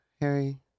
Harry